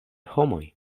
homoj